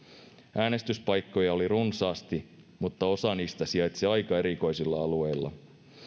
äänestyspaikkoja oli runsaasti mutta osa niistä sijaitsi aika erikoisilla alueilla